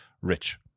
rich